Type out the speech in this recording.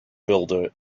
builder